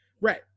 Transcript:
right